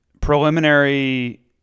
preliminary